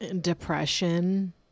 depression